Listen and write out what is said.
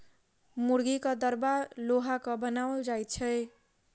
मुर्गीक दरबा लोहाक बनाओल जाइत छै